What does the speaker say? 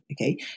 okay